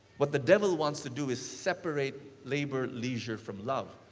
what the devil wants to do is separate labor, leisure from love.